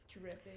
Dripping